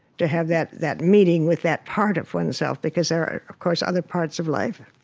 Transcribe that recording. to have that that meeting with that part of oneself because there are, of course, other parts of life.